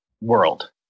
world